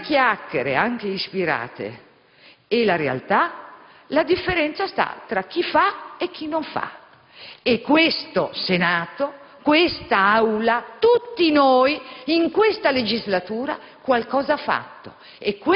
tra le chiacchiere, anche ispirate, e la realtà, la differenza sta tra chi fa e chi non fa; e questo Senato, quest'Aula, tutti noi, in questa legislatura qualcosa abbiamo